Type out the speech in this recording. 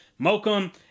Mokum